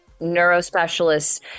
neurospecialists